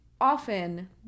often